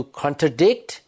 contradict